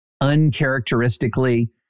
uncharacteristically